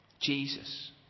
Jesus